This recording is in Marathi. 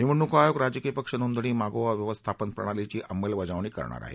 निवडणूक आयोग राजकीय पक्ष नोंदणी मागोवा व्यवस्थापन प्रणालीची अंमलबजावणी करणार आहे